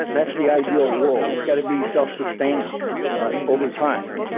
that's the ideal world. it's got to be self-sustaining over time. you